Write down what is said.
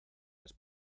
has